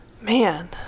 Man